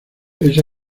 esa